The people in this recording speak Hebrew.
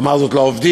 אמר זאת לעובדים,